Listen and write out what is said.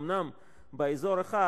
אומנם באזור אחד,